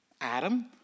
Adam